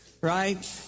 right